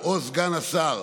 אני בכושר.